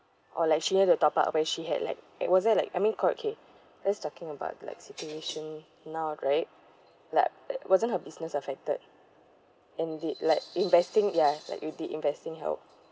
or like she had to top up where she had like it wasn't like I mean okay let's talking about like situation now right like uh wasn't her business affected and they like investing yes like you did investing help